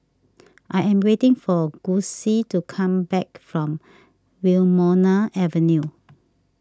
I am waiting for Gussie to come back from Wilmonar Avenue